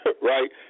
right